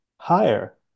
higher